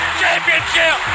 championship